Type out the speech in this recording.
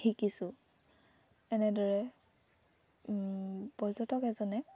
শিকিছোঁ এনেদৰে পৰ্যটক এজনে